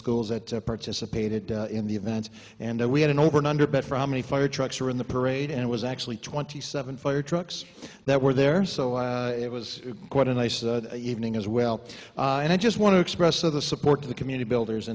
participated in the event and we had an over nine hundred bet from any fire trucks or in the parade and it was actually twenty seven fire trucks that were there so it was quite a nice evening as well and i just want to express of the support to the community builders